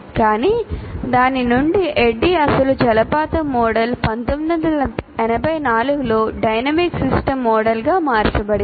కానీ దాని నుండి ADDIE అసలు జలపాతం మోడల్ 1984 లో డైనమిక్ సిస్టమ్ మోడల్గా మార్చబడింది